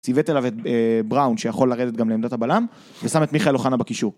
ציוות אליו את בראון שיכול לרדת גם לעמדת הבלם ושם את מיכאל אוחנה בקישור